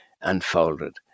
unfolded